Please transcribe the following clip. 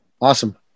Awesome